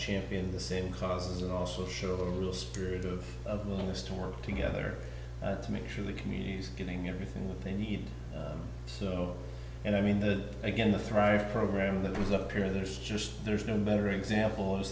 championing the same cause and also show a real spirit of willingness to work together to make sure the community's getting everything they need and i mean that again the thrive program that was up there there's just there's no better example i